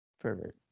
Perfect